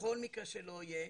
בכל מקרה שלא יהיה,